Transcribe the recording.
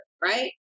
right